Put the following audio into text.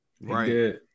Right